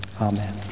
Amen